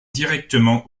directement